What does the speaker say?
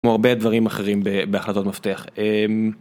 כמו הרבה דברים אחרים בהחלטות מפתח.